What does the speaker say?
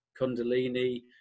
kundalini